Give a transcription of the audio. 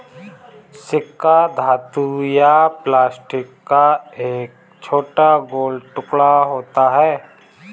सिक्का धातु या प्लास्टिक का एक छोटा गोल टुकड़ा होता है